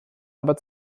aber